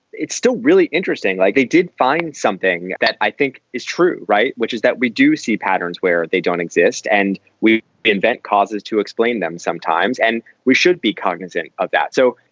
it's still really interesting. like they did find something that i think is true. right. which is that we do see patterns where they don't exist and we invent causes to explain them sometimes and we should be cognizant of that. so,